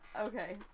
Okay